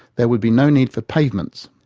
there would be no need for pavements.